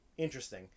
Interesting